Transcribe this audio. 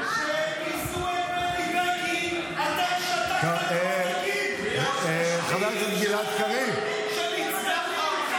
כשפעילי ליכוד תקפו את בגין, אף אחד מכם לא דיבר.